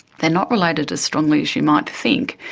they are not related as strongly as you might think.